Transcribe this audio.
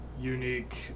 unique